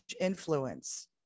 influence